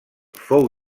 fou